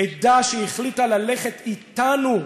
עדה שהחליטה ללכת אתנו,